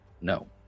no